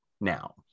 now